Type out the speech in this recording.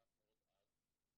עוד אז,